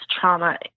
trauma